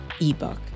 ebook